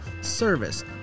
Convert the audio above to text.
service